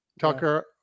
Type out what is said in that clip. tucker